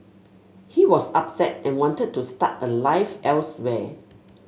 he was upset and wanted to start a life elsewhere